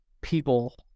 people